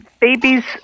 babies